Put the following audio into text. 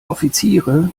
offiziere